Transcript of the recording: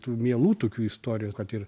tų mielų tokių istorijų kad ir